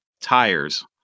tires